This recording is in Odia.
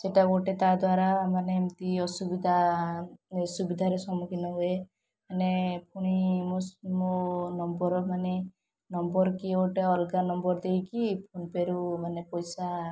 ସେଟା ଗୋଟେ ତା ଦ୍ୱାରା ମାନେ ଏମତି ଅସୁବିଧା ସୁବିଧାରେ ସମୁଖୀନ ହୁଏ ମାନେ ପୁଣି ମୋ ମୋ ନମ୍ବର୍ ମାନେ ନମ୍ବର୍ କିଏ ଗୋଟେ ଅଲଗା ନମ୍ବର୍ ଦେଇକି ଫୋନ୍ପେରୁ ମାନେ ପଇସା